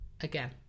again